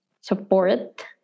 Support